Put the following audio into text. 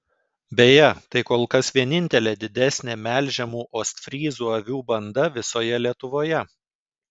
beje tai kol kas vienintelė didesnė melžiamų ostfryzų avių banda visoje lietuvoje